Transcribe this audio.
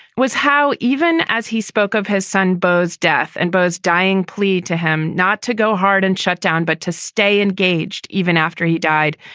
was how even as he spoke of his son, beau's death and beau's dying plea to him not to go hard and shut down, but to stay engaged even after he died,